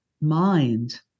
mind